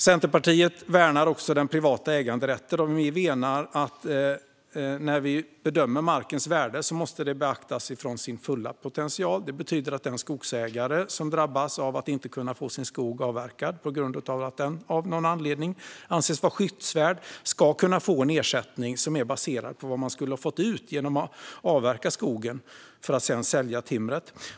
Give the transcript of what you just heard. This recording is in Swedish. Centerpartiet värnar också den privata äganderätten, och vi menar att den fulla potentialen måste beaktas när vi bedömer markens värde. Det betyder att den skogsägare som drabbas av att inte kunna få sin skog avverkad, därför att den av någon anledning anses vara skyddsvärd, ska kunna få en ersättning som är baserad på vad man skulle ha fått ut genom att avverka skogen och sälja timret.